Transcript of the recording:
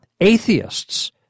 Atheists